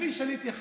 אני שליט יחיד.